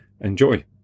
Enjoy